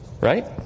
Right